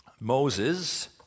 Moses